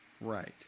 Right